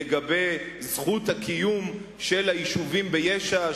לגבי זכות הקיום של היישובים ביש"ע,